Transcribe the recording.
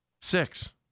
Six